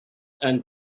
and